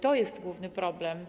To jest główny problem.